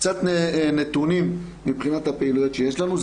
קצת נתונים מבחינת הפעילויות שיש לנו,